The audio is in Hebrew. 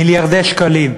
מיליארדי שקלים.